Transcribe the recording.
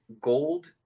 gold